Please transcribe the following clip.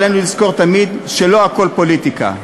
עלינו לזכור תמיד שלא הכול פוליטיקה,